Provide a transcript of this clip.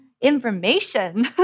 information